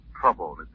trouble